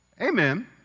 Amen